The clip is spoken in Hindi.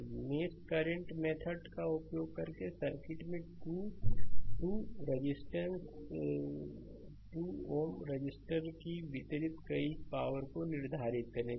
तो मेष करंट मेथड का उपयोग करके सर्किट में 2 2 to रजिस्टर को वितरित की गई पावर निर्धारित करें